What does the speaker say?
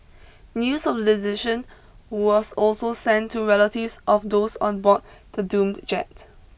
news of the decision was also sent to relatives of those on board to doomed jet